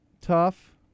tough